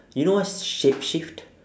you know what's shapeshift